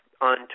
on